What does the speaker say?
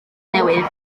newydd